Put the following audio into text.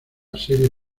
serie